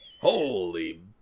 Holy